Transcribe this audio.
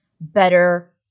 better